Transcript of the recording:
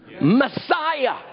Messiah